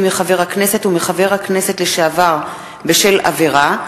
מחבר הכנסת ומחבר הכנסת לשעבר בשל עבירה,